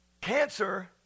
Cancer